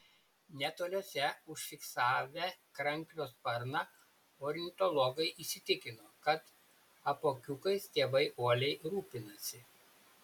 netoliese užfiksavę kranklio sparną ornitologai įsitikino kad apuokiukais tėvai uoliai rūpinasi